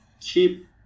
keep